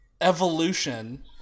Evolution